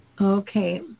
Okay